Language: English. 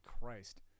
Christ